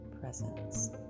presence